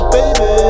Baby